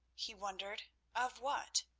he wondered of what?